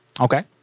okay